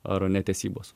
ar netesybos